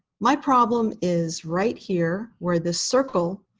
my problem is right here, where this circle